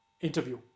interview